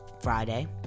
Friday